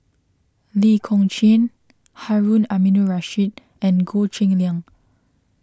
Lee Kong Chian Harun Aminurrashid and Goh Cheng Liang